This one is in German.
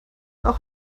auch